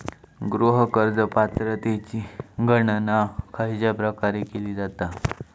गृह कर्ज पात्रतेची गणना खयच्या प्रकारे केली जाते?